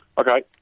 Okay